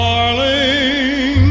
Darling